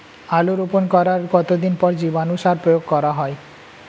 আলু রোপণ করার কতদিন পর জীবাণু সার প্রয়োগ করা হয়?